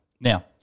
Now